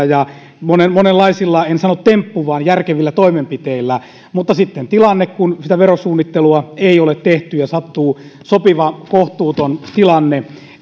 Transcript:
ja monenlaisilla en sano tempuilla vaan järkevillä toimenpiteillä mutta sitten kun verosuunnittelua ei ole tehty ja sattuu sopiva kohtuuton tilanne